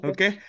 Okay